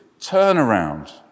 turnaround